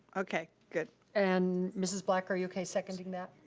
okay, good. and mrs. black, are you okay seconding that?